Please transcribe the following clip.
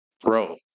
Bro